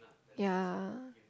ya